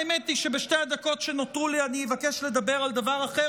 האמת היא שבשתי הדקות שנותרו לי אני אבקש לדבר על דבר אחר,